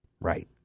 Right